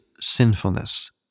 sinfulness